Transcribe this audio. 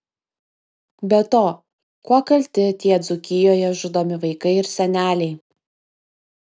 be to kuo kalti tie dzūkijoje žudomi vaikai ir seneliai